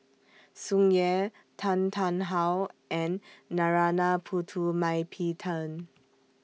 Tsung Yeh Tan Tarn How and Narana Putumaippittan